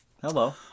Hello